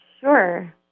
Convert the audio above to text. Sure